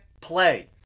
play